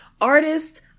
artist